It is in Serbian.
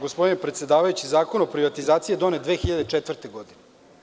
Gospodine predsedavajući Zakon o privatizaciji donet je 2004. godine.